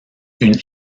une